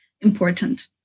important